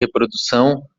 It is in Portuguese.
reprodução